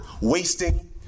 wasting